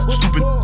Stupid